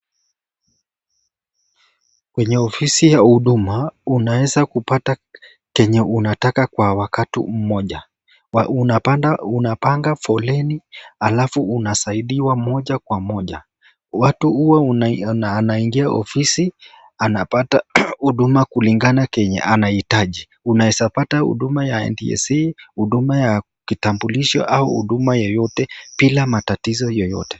Kwenye ofisi ya huduma unaweza pata kenye unataka kwa wakati mmoja. Unapanga foleni alafu unasaidiwa moja kwa moja. Mtu huwa anaingia ofisi anapata huduma kulingana na kenye anahitaji. Unaweza pata huduma ya NTSA , huduma ya kitambulisho au huduma yoyote bila matatizo yoyote.